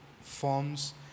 forms